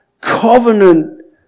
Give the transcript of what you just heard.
covenant